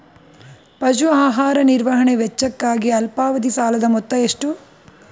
ಪಶು ಆಹಾರ ನಿರ್ವಹಣೆ ವೆಚ್ಚಕ್ಕಾಗಿ ಅಲ್ಪಾವಧಿ ಸಾಲದ ಮೊತ್ತ ಎಷ್ಟು?